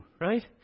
right